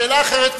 שאלה אחרת.